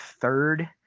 third